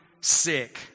sick